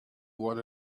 what